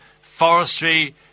forestry